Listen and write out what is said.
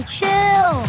Chill